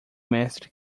mestre